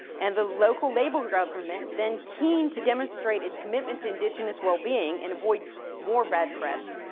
and the local labor government, then keen to demonstrate its commitment to indigenous well being and avoid more bad press.